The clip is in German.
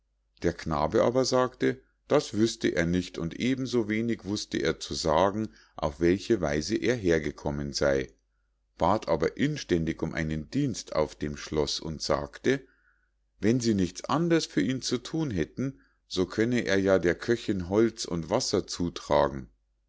der knabe aber sagte das wüßte er nicht und eben so wenig wußte er zu sagen auf welche weise er hergekommen sei bat aber inständig um einen dienst auf dem schloß und sagte wenn sie nichts anders für ihn zu thun hätten so könne er ja der köchinn holz und wasser zutragen